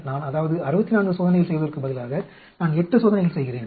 நான் அதாவது 64 சோதனைகள் செய்வதற்கு பதிலாக நான் 8 பரிசோதனைகள் செய்கிறேன்